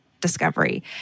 discovery